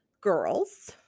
girls